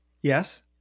Yes